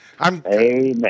Amen